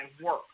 work